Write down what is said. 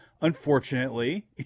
unfortunately